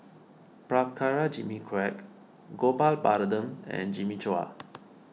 Prabhakara Jimmy Quek Gopal Baratham and Jimmy Chua